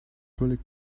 gully